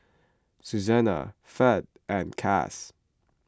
Susannah Fed and Cass